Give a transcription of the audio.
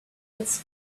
its